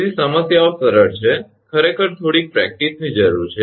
તેથી સમસ્યાઓ સરળ છે ખરેખર થોડીક પ્રેક્ટિસની જરૂર છે